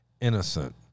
innocent